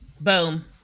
Boom